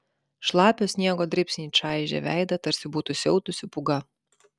šlapio sniego dribsniai čaižė veidą tarsi būtų siautusi pūga